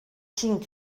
cinc